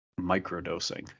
microdosing